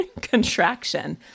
contraction